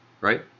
right